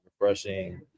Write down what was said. refreshing